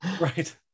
Right